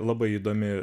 labai įdomi